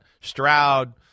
Stroud